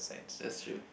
that's true